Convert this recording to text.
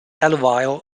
alluvial